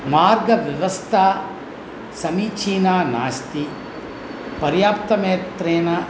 मार्गव्यवस्था समीचीना नास्ति पर्याप्तमात्रेण